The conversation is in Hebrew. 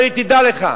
אומר לי: תדע לך,